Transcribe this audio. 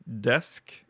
desk